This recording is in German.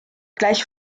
gleich